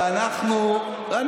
ואנחנו, הפלתם לי את שלי לפני חודש.